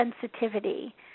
sensitivity